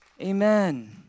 Amen